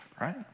right